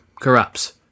corrupts